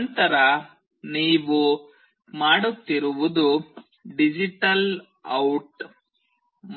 ನಂತರ ನೀವು ಮಾಡುತ್ತಿರುವುದು ಡಿಜಿಟಲ್ ಔಟ್